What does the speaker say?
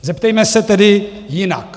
Zeptejme se tedy jinak.